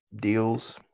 deals